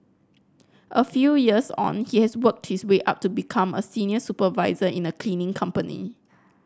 a few years on he has worked his way up to become a senior supervisor in a cleaning company